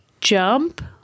jump